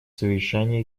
совещания